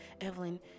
Evelyn